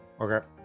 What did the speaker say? Okay